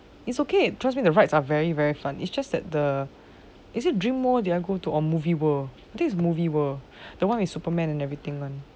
it's okay trust me the rights are very very fun it's just that the is it dream world that I go to or movie world I think is movie world the one with superman and everything